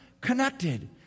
connected